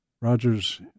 Rogers